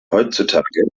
heutzutage